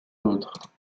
autres